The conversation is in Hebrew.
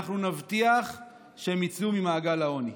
אנחנו נבטיח שהם יצאו ממעגל העוני.